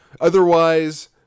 Otherwise